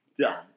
Done